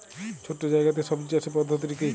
ছোট্ট জায়গাতে সবজি চাষের পদ্ধতিটি কী?